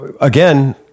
again